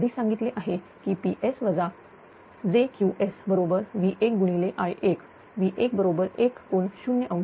मी आधीच सांगितले आहे की PS j QS बरोबर V1 I1 V1 बरोबर 1∠0°